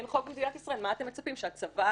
אין חוק במדינת ישראל, מה אתם מצפים, שהצבא